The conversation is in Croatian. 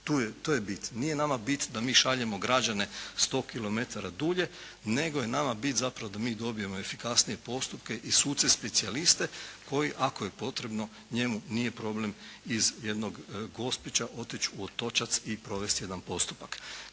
To je bit. Nije nama bit da mi šaljemo građane 100 kilometara dulje nego je nama bit zapravo da mi dobijemo efikasnije postupke i suce specijaliste koji ako je potrebno njemu nije problem iz jednog Gospića otići u Otočac i provesti jedan postupak.